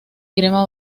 crema